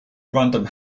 random